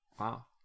wow